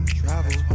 travel